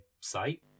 site